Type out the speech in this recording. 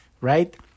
right